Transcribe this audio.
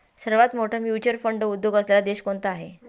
सर्वात मोठा mutual fund उद्योग असलेला देश कोणता आहे?